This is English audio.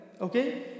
okay